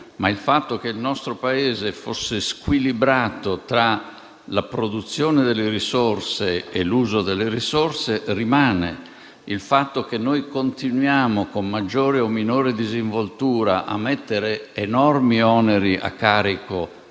ma il fatto che il nostro Paese sia squilibrato tra la produzione delle risorse e l'uso delle risorse rimane. Il fatto che continuiamo, con maggiore o minore disinvoltura, a mettere enormi oneri a carico